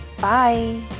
Bye